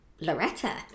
Loretta